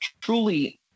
truly